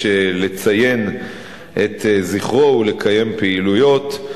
יש לציין בו את זכרו ולקיים פעילויות.